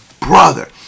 brother